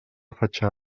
fatxada